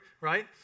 Right